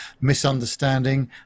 misunderstanding